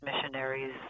missionaries